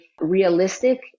realistic